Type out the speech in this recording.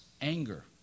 anger